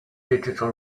digital